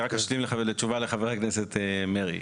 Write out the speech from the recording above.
אני רק אשלים את התשובה לחבר הכנסת מרעי